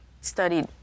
studied